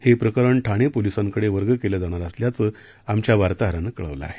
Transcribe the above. हे प्रकरण ठाणे पोलिसांकडे वर्ग केलं जाणार असल्याचं आमच्या वार्ताहरानं कळवलं आहे